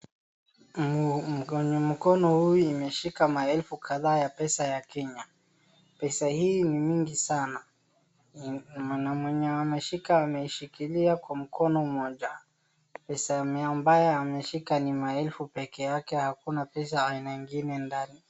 Mkono huu imeshika maelfu kadhaa ya pesa ya Kenya. Pesa hii ni mingi sana na mwenye ameishika ameshikilia kwa mkono mmoja pesa ambayo ameshika ni maelfu pekee yake hakuna pesa aina ingine ndani.